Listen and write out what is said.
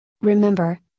Remember